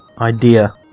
idea